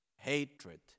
hatred